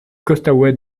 costaouët